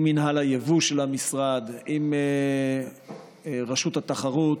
עם מינהל היבוא של המשרד, עם רשות התחרות,